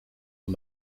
aan